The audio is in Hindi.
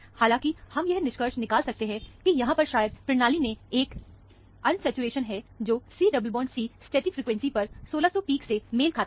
हालांकि हम यह निष्कर्ष निकाल सकते हैं कि यहां पर शायद प्रणाली में एक अनसैचुरेशन है जो C double bond C stretching frequency पर 1600 पीक से मेल खाता है